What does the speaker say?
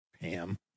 Pam